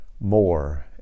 more